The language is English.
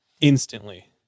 Instantly